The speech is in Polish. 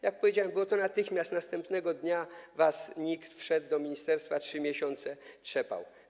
Jak powiedziałem, natychmiast, następnego dnia NIK wszedł do ministerstwa, 3 miesiące trzepał.